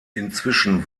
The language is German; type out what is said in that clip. inzwischen